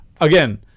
Again